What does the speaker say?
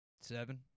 Seven